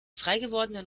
freigewordenen